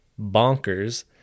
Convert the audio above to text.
bonkers